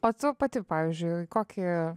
o tu pati pavyzdžiui kokį